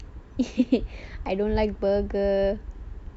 I don't like burger